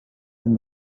and